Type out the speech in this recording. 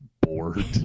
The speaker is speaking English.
bored